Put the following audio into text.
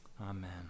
Amen